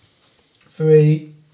Three